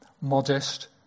modest